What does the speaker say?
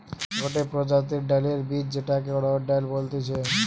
গটে প্রজাতির ডালের বীজ যেটাকে অড়হর ডাল বলতিছে